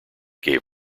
gave